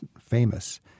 famous